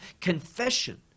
confession